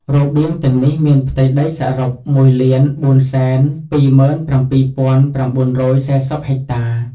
របៀងទាំងនេះមានផ្ទៃដីសរុប ១,៤២៧,៩៤០ ហិកតា។